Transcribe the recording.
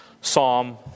Psalm